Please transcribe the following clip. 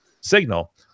signal